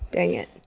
dangit.